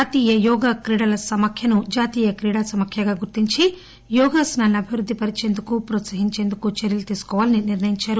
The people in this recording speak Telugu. జాతీయ యోగా క్రీడలు సమాఖ్యను జాతీయ క్రీడా సమాఖ్యగా గుర్తించి యోగాసనాలను అభివృద్దిపరిచేందుకు ప్రోత్పహించేందుకు చర్యలు తీసుకోవాలని నిర్ణయించారు